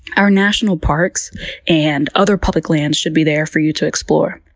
our national parks and other public lands should be there for you to explore.